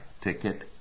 ticket